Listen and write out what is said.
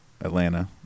Atlanta